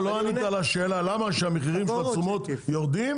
לא ענית על השאלה למה כשהמחירים של התשומות יורדים